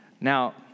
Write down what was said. Now